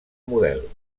model